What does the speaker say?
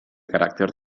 caràcter